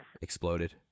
exploded